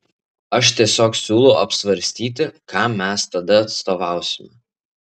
aš tiesiog siūlau apsvarstyti kam mes tada atstovausime